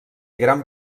gran